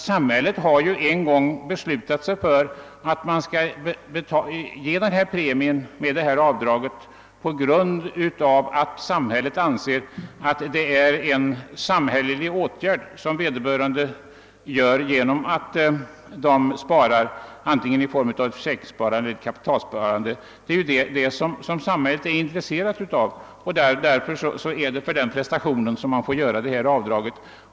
Samhället har ju en gång beslutat att ge den premie som dessa avdrag innebär därför att det anses vara en samhällsgagnande gärning som vederbörande gör genom att spara, vare sig det är i form av försäkringssparande eller genom kapitalsparande. Det är detta som samhället är intresserat av. Därför är det för den prestationen man får göra detta avdrag.